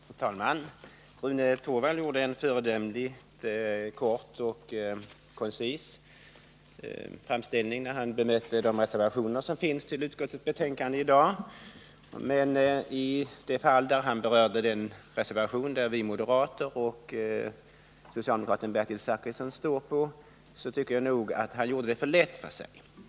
Fru talman! Rune Torwald gjorde en föredömligt kort och koncis framställning när han bemötte de reservationer som finns till utskottsbetänkandet. Men i det fall där han berörde den reservation som vi moderater och socialdemokraten Bertil Zachrisson står för tyckte jag nog att han gjorde det lätt för sig.